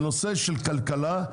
בנושא של כלכלה,